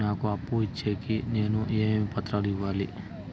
నాకు అప్పు ఇచ్చేకి నేను ఏమేమి పత్రాలు ఇవ్వాలి